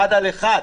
אחד על אחד.